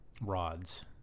rods